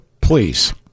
Please